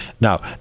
Now